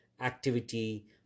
activity